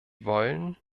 wollen